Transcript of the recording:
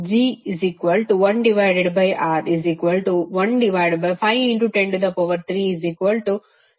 G1R151030